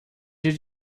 did